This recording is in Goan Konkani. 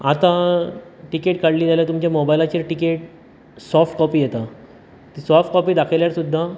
आता तिकेट काडली जाल्यार तुमच्या मोबायलाचेर तिकेट सोफ्ट कॉपी येता ती सोफ्ट कॉपी दाखयल्यार सुद्दां